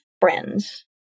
friends